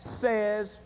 says